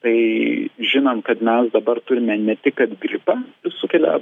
tai žinan kad mes dabar turime ne tik kad gripą sukelia